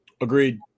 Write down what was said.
Agreed